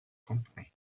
company